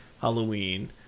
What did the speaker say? halloween